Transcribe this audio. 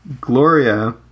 gloria